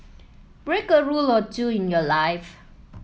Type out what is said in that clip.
break a rule or two in your life